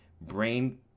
brain